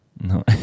No